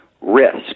Risk